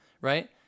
Right